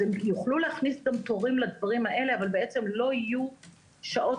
אז הם יוכלו להכניס תורים לדברים האלה אבל לא יהיו שעות